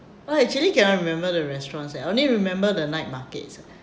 I actually cannot remember the restaurants eh only remember the night markets